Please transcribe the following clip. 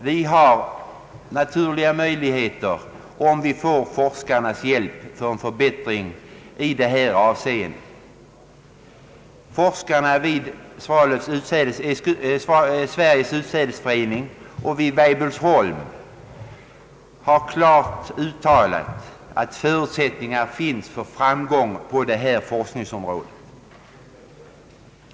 Vi har naturliga möjligheter, om vi får forskarnas hjälp, till en förbättring i detta avseende. Forskarna vid Sveriges utsädesförening och vid Weibullsholm har klart uttalat att förutsättningar finns till framgång på detta forskningsområde.